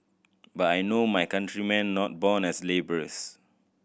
but I know my countrymen not born as labourers